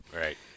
Right